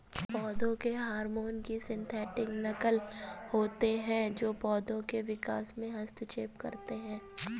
पौधों के हार्मोन की सिंथेटिक नक़ल होते है जो पोधो के विकास में हस्तक्षेप करते है